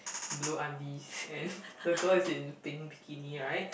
blue undies and the girl is in pink bikini right